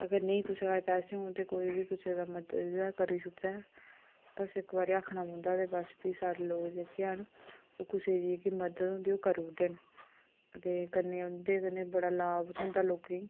अगर नेईं कुसै कश कोई पैसे होन ते कुसै दा मदद जेह्ड़ा करी छुड़दा ऐ बस इक बारी आखना पौंदा ऐ बस फ्ही सारे लोक जेह्के हैन ओह् कुसै गी मदद होंदी ओह् करूड़दे दे कन्नै उंदे कन्नै बड़ा लाभ थ्होंदा लोकें ई